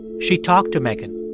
she talked to megan